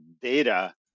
data